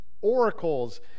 oracles